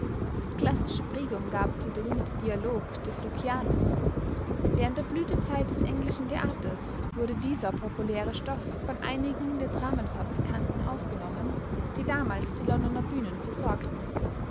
klassische prägung gab der berühmte dialog des lukianos während der blütezeit des englischen theaters wurde dieser populäre stoff von einigen der dramenfabrikanten aufgenommen die damals die londoner bühnen versorgten